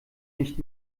nicht